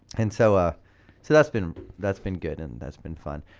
and so ah so that's been that's been good and that's been fun.